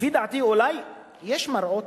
לפי דעתי, אולי יש מראות,